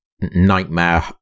nightmare